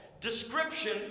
description